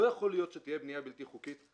לא יכול להיות שתהיה בנייה בלתי חוקית,